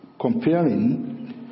comparing